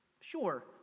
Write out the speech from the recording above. Sure